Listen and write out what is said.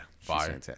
fire